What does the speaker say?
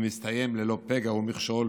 והדבר מסתיים ללא פגע ומכשול,